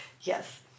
yes